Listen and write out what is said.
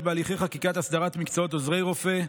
בהליכי חקיקת הסדרת מקצועות עוזרי רופא,